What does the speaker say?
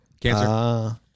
Cancer